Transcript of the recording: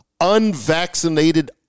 unvaccinated